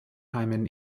hymen